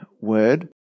word